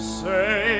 say